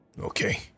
Okay